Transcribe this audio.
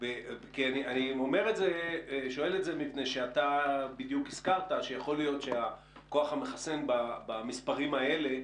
אני שואל את זה מפני שאתה הזכרת שיכול להיות שהכוח המחסן במספרים האלה